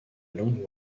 langue